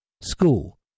school